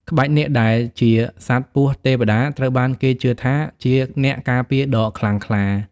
ក្បាច់នាគដែលជាសត្វពស់ទេវតាត្រូវបានគេជឿថាជាអ្នកការពារដ៏ខ្លាំងក្លា។